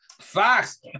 Facts